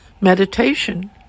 meditation